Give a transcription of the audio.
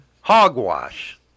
Hogwash